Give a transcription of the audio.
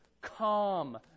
calm